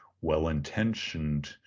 well-intentioned